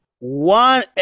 one